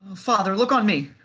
father, look on me.